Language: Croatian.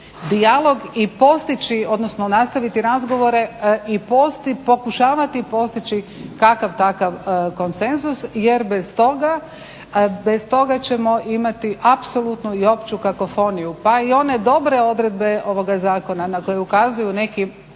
dijalog i postići odnosno nastaviti razgovore i pokušavati postići kakav takav konsenzus jer bez toga ćemo imati apsolutnu opću kakofoniju. Pa i one dobre odredbe ovoga zakona na koje ukazuju nekim